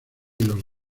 los